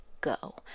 go